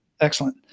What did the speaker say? Excellent